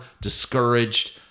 discouraged